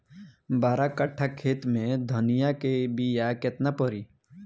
बारह कट्ठाखेत में धनिया के बीया केतना परी?